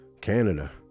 Canada